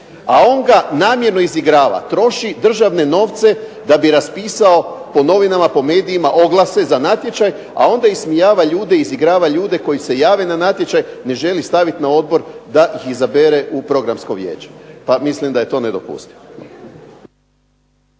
a on ga namjerno izigrava, troši državne novce da bi raspisao po novinama po medijima oglase za natječaj a onda izigrava ljude koji se jave na natječaj ne želi staviti na odbor da ih izabere u programsko vijeće. Mislim da je to nedopustivo.